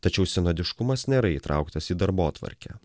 tačiau senodiškumas nėra įtrauktas į darbotvarkę